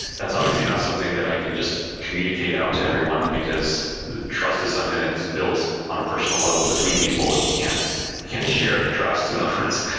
that's obviously not something that i can just communicate out to everyone, because trust is something that's built on a personal level between people. you can't you can't share the trust in other words.